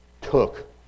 took